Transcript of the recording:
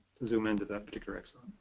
zoom into that particular exon.